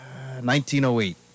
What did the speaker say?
1908